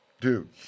Dude